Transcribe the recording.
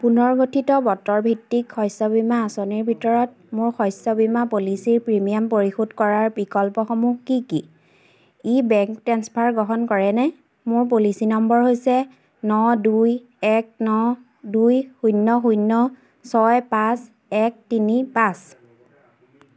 পুনৰ গঠিত বতৰ ভিত্তিক শস্য বীমা আঁচনিৰ ভিতৰত মোৰ শস্য বীমা পলিচীৰ প্ৰিমিয়াম পৰিশোধ কৰাৰ বিকল্পসমূহ কি কি ই বেংক ট্ৰেন্সফাৰ গ্ৰহণ কৰেনে মোৰ পলিচী নম্বৰ হৈছে ন দুই এক ন দুই শূন্য শূন্য ছয় পাঁচ এক তিনি পাঁচ